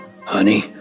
Honey